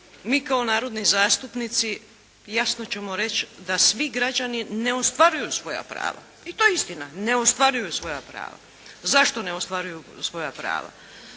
Mi kao narodni zastupnici jasno ćemo reći da svi građani ne ostvaruju svoja prava. I to je istina, ne ostvaruju svoja prava. Zašto ne ostvaruju svoja prava?